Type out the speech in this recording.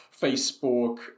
Facebook